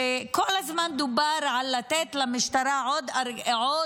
הוא שכל הזמן דובר על לתת למשטרה עוד